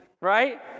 right